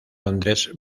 londres